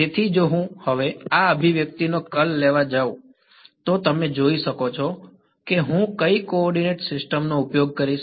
તેથી જો હું હવે આ અભિવ્યક્તિનો કર્લ લેવા જાઉં તો તમે જોઈ શકો છો કે હું કઈ કો ઓર્ડિનેટ સિસ્ટમ નો ઉપયોગ કરીશ